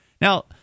Now